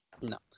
No